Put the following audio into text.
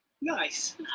Nice